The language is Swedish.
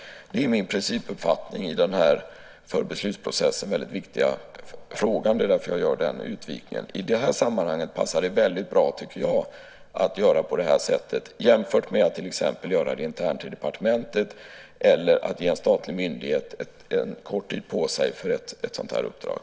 Det är min principuppfattning i den här för beslutsprocessen väldigt viktiga frågan. Det är därför jag gör den utvikningen. I det här sammanhanget passar det väldigt bra, tycker jag, att göra på det här sättet jämfört med att till exempel göra det internt inom departementet eller ge en statlig myndighet en kort tid för ett sådant här uppdrag.